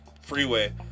freeway